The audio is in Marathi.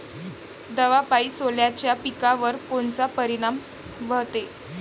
दवापायी सोल्याच्या पिकावर कोनचा परिनाम व्हते?